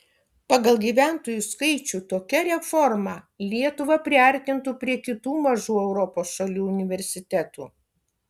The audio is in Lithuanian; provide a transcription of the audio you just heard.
pagal gyventojų skaičių tokia reforma lietuvą priartintų prie kitų mažų europos šalių universitetų